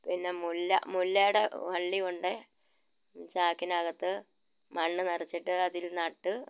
പിന്ന മുല്ല മുല്ലയുടെ വള്ളി കൊണ്ട് ചാക്കിന് അകത്ത് മണ്ണ് നിറച്ച് അതിൽ നട്ട്